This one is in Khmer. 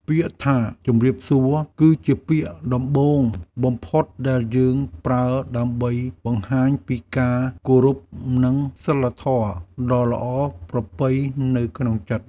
ពាក្យថាជម្រាបសួរ គឺជាពាក្យដំបូងបំផុតដែលយើងប្រើដើម្បីបង្ហាញពីការគោរព និងសីលធម៌ដ៏ល្អប្រពៃនៅក្នុងចិត្ត។